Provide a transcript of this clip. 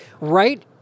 Right